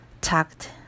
Tucked